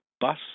bus